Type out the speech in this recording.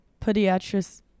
podiatrist